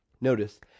Notice